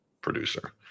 producer